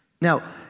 Now